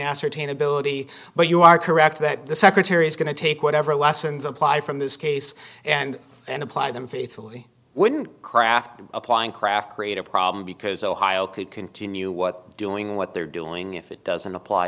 ascertain ability but you are correct that the secretary is going to take whatever lessons apply from this case and and apply them faithfully wouldn't craft and applying craft create a problem because ohio could continue what doing what they're doing if it doesn't apply